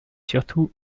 surtout